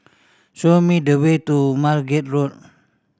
show me the way to Margate Road